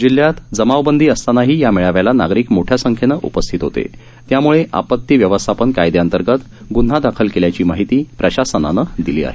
जिल्ह्यात जमावबंदी असतानाही या मेळाव्याला नागरिक मोठ्या संख्येनं उपस्थित होते त्यामुळे आपती व्यवस्थापन कायद्याअतंगत ग्न्हे दाखल केल्याची माहिती प्रशासनानं दिली आहे